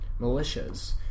militias